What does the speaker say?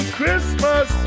Christmas